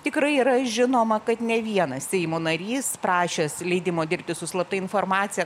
tikrai yra žinoma kad ne vienas seimo narys prašęs leidimo dirbti su slapta informacija